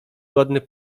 godny